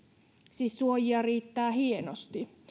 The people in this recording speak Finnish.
siis suojia riittää hienosti